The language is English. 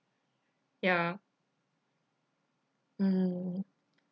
ya mm